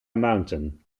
mountain